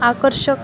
आकर्षक